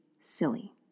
silly